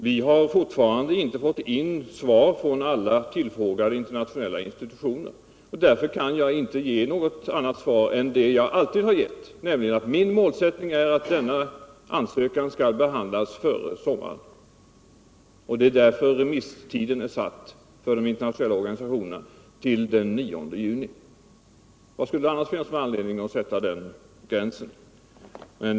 Vi har fortfarande inte fått in svar från alla tillfrågade internationella institutioner, och därför kan jag nu inte ge något annat svar än det som jag alltid tidigare har givit, nämligen att min målsättning är att denna ansökan skall behandlas före sommaren. Det är därför som remisstiden för den internationella organisationen är satt till den 9 juni. Vad skulle det annars finnas för anledning att sätta den gränsen?